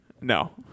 No